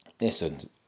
Listen